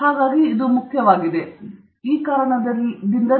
ಹಾಗಾಗಿ ನೀವು ತಾಂತ್ರಿಕ ಬರವಣಿಗೆಯನ್ನು ಸರಿಯಾಗಿ ಮಾಡಬೇಕಾಗಿದೆ